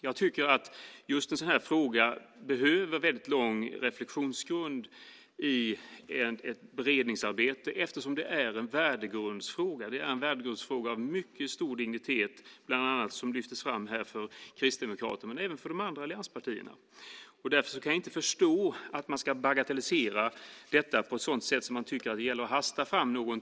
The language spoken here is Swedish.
Jag tycker att en sådan här fråga behöver en lång reflexionstid i ett beredningsarbete eftersom det är en värdegrundsfråga av stor dignitet, bland annat för Kristdemokraterna men även för de andra allianspartierna. Därför kan jag inte förstå att man ska bagatellisera detta på ett sådant sätt att man tycker att det gäller att hasta fram något.